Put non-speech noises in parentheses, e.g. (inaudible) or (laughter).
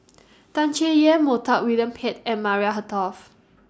(noise) Tan Chay Yan Montague William Pett and Maria Hertogh